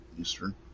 Eastern